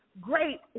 Great